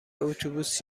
اتوبوس